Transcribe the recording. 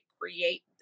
create